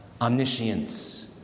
omniscience